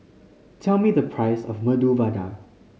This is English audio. tell me the price of Medu Vada